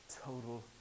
total